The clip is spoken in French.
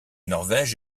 norvège